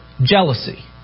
jealousy